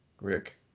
Rick